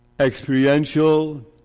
experiential